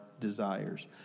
desires